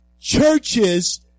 churches